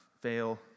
fail